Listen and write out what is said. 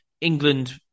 England